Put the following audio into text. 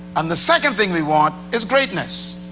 and the second thing we want is greatness.